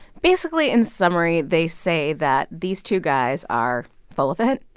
basically, in summary, they say that these two guys are full of it,